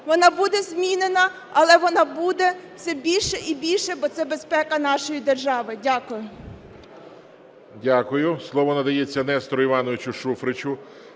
Вона буде змінена, але вона буде все більше і більше, бо це безпека нашої держави. Дякую.